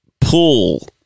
pull